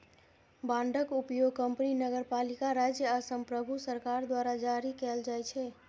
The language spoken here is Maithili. बांडक उपयोग कंपनी, नगरपालिका, राज्य आ संप्रभु सरकार द्वारा जारी कैल जाइ छै